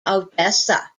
odessa